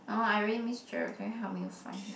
I really miss Gerald can you help me to find him